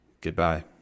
Goodbye